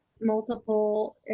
multiple